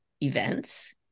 events